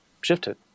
shifted